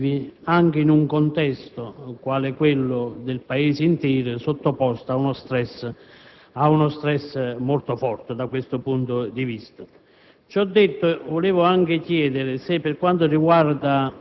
perché si ipotizzano ritardi eccessivi anche in un contesto, quale quello del Paese intero, sottoposto ad uno *stress* molto forte da questo punto di vista.